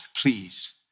please